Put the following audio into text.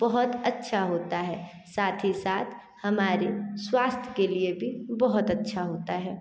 बहुत अच्छा होता है साथ ही साथ हमारे स्वास्थ्य के लिए भी बहुत अच्छा होता है